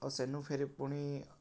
ଆଉ ସେନୁ ଫେର୍ ପୁଣି